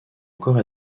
encore